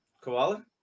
koala